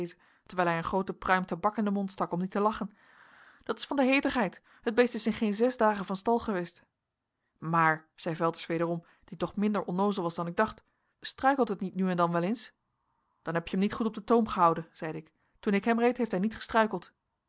terwijl hij een groote pruim tabak in den mond stak om niet te lachen dat is van de heetigheid het beest is in geen zes dagen van stal geweest maar zei velters wederom die toch minder onnoozel was dan ik dacht struikelt het niet nu en dan wel eens dan heb je hem niet goed op den toom gehouden zeide ik toen ik hem reed heeft hij niet